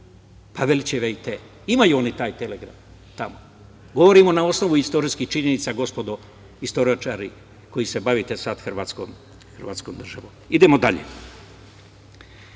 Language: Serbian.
Pavelićeve i te. Imaju oni taj telegram tamo. Govorimo na osnovu istorijskih činjenica, gospodo istoričari koji se bavite sad Hrvatskom državom. Idemo dalje,